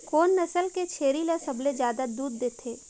कोन नस्ल के छेरी ल सबले ज्यादा दूध देथे?